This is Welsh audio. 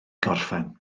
gorffen